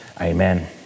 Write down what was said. amen